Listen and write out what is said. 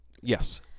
Yes